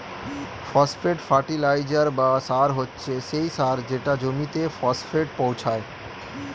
phosphate fertiliser বা সার হচ্ছে সেই সার যেটা জমিতে ফসফেট পৌঁছায়